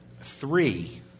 Three